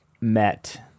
Met